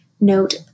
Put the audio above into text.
note